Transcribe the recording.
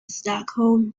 stockholm